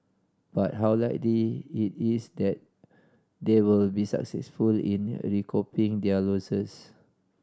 but how likely it is that they will be successful in recouping their losses